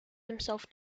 himself